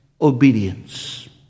obedience